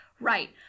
right